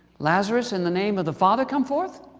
lazarus, in the name of the father, come forth?